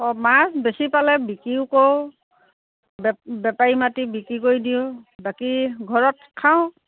অঁ মাছ বেছি পালে বিক্ৰীও কৰোঁ বেপ বেপাৰী মাতি বিক্ৰী কৰি দিওঁ বাকী ঘৰত খাওঁ